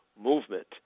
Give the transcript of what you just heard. movement